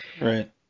Right